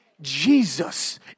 Jesus